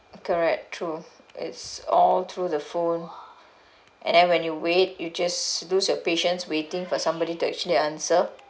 correct true it's all through the phone and then when you wait you just lose your patience waiting for somebody to actually answer